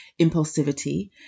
impulsivity